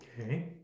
Okay